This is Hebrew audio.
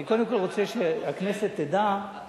אני קודם רוצה שהכנסת תדע על